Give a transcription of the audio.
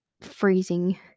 freezing